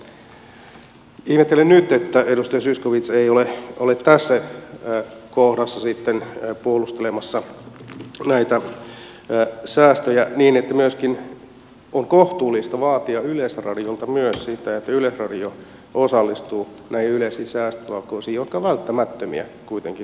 ihmettelen nyt että edustaja zyskowicz ei ole tässä kohdassa sitten puolustelemassa näitä säästöjä niin että on kohtuullista vaatia myöskin yleisradiolta sitä että yleisradio osallistuu näihin yleisiin säästötalkoisiin jotka ovat välttämättömiä kuitenkin tässä maassa